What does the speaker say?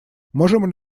можем